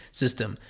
system